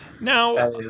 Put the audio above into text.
Now